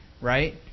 right